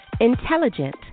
Intelligent